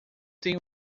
tenho